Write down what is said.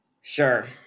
Sure